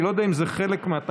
אני לא יודע אם זה חלק מהתקנון.